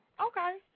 Okay